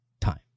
time